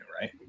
right